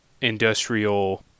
industrial